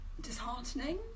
disheartening